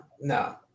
no